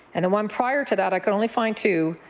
and the one prior to that i could only find two,